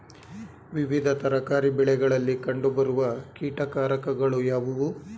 ವಿವಿಧ ತರಕಾರಿ ಬೆಳೆಗಳಲ್ಲಿ ಕಂಡು ಬರುವ ಕೀಟಕಾರಕಗಳು ಯಾವುವು?